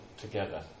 together